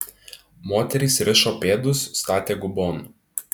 moterys rišo pėdus statė gubon